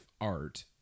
art